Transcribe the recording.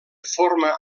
forma